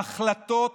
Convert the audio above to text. ההחלטות